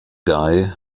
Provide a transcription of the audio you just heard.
guy